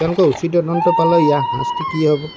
তেওঁলোকে উচিত তদন্ত পালে ইয়াৰ শাস্তি কি হ'ব